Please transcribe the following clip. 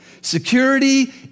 Security